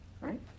Right